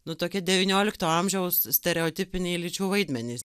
nu tokie devyniolikto amžiaus stereotipiniai lyčių vaidmenys